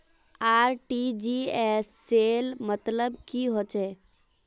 RTGS सेल मतलब की होचए?